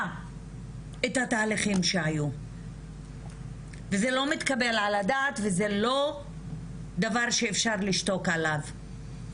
את התהליכים שהיו וזה לא מתקבל על הדעת וזה לא דבר שאפשר לשתוק עליו.